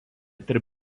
tarp